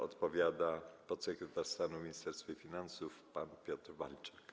Odpowiada podsekretarz stanu w Ministerstwie Finansów pan Piotr Walczak.